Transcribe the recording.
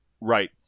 Right